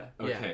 Okay